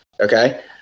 Okay